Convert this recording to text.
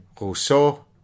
Rousseau